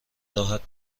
راحت